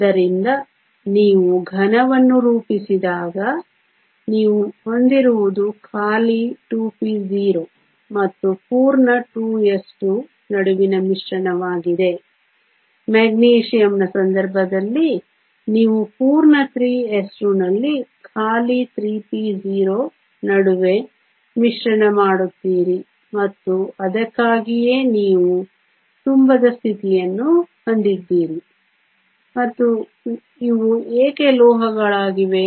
ಆದ್ದರಿಂದ ನೀವು ಘನವನ್ನು ರೂಪಿಸಿದಾಗ ನೀವು ಹೊಂದಿರುವುದು ಖಾಲಿ 2p0 ಮತ್ತು ಪೂರ್ಣ 2s2 ನಡುವಿನ ಮಿಶ್ರಣವಾಗಿದೆ ಮೆಗ್ನೀಸಿಯಮ್ನ ಸಂದರ್ಭದಲ್ಲಿ ನೀವು ಪೂರ್ಣ 3s2 ನಲ್ಲಿ ಖಾಲಿ 3p0 ನಡುವೆ ಮಿಶ್ರಣ ಮಾಡುತ್ತೀರಿ ಮತ್ತು ಅದಕ್ಕಾಗಿಯೇ ನೀವು ತುಂಬದ ಸ್ಥಿತಿಯನ್ನು ಹೊಂದಿದ್ದೀರಿ ಮತ್ತು ಇವು ಏಕೆ ಲೋಹಗಳಾಗಿವೆ